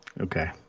Okay